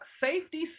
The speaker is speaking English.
Safety